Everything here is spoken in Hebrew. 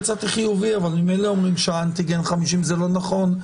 יצאתי חיובי אבל ממילא אומרים שהאנטיגן 50% וזה לא נכון,